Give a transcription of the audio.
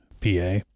PA